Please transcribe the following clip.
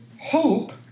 hope